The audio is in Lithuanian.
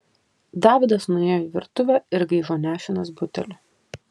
davidas nuėjo į virtuvę ir grįžo nešinas buteliu